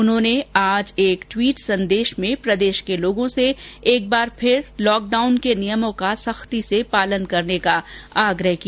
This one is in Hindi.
उन्होंने आज एक ट्वीट कर प्रदेश के लोगों से एक बार फिर लॉक डाउन के नियमों का सख्ती से पालन करने का आग्रह किया